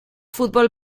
futbol